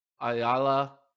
Ayala